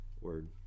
word